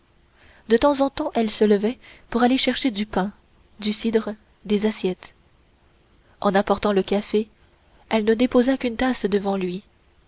de temps en temps elle se levait pour aller chercher du pain du cidre des assiettes en apportant le café elle ne déposa qu'une tasse devant lui